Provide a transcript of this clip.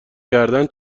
کردن